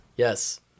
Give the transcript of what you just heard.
Yes